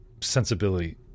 sensibility